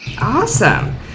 Awesome